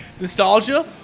Nostalgia